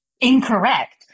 incorrect